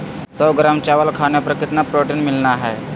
सौ ग्राम चावल खाने पर कितना प्रोटीन मिलना हैय?